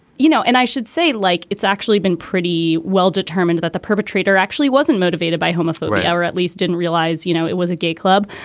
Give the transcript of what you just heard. you know, and i should say, like, it's actually been pretty well determined that the perpetrator actually wasn't motivated by homophobia or at least didn't realize, you know, it was a gay club.